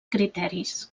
criteris